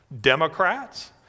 Democrats